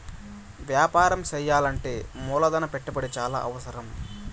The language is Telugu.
వ్యాపారం చేయాలంటే మూలధన పెట్టుబడి చాలా అవసరం